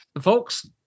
Folks